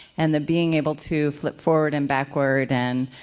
and the being able to flip forward and backward and